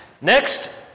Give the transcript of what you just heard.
Next